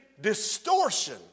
distortion